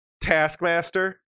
Taskmaster